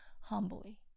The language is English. humbly